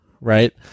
right